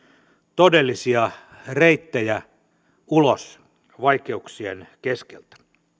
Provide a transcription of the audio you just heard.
todellisia reittejä ulos vaikeuksien keskeltä